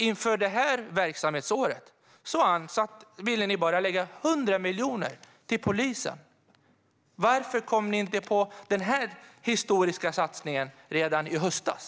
Inför detta verksamhetsår ville ni bara lägga 100 miljoner på polisen. Varför kom ni inte på den här historiska satsningen redan i höstas?